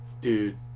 Dude